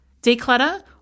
declutter